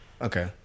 Okay